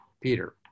Peter